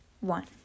one